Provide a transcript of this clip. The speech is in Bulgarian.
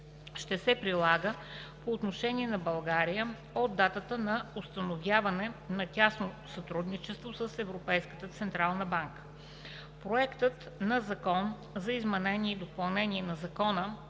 ще се прилага по отношение на България от датата на установяване на тясно сътрудничество с Европейската централна банка. Проектът на Закон за изменение и допълнение на Закона